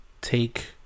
take